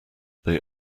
they